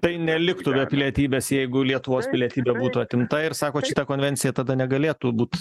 tai neliktų be pilietybės jeigu lietuvos pilietybė būtų atimta ir sakot šita konvencija tada negalėtų būt